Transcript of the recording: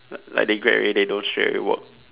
like like they grad already they don't straight away work